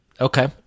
Okay